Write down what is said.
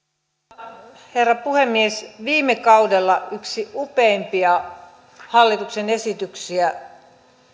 arvoisa herra puhemies viime kaudella yksi upeimpia hallituksen esityksiä